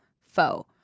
foe